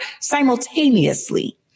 simultaneously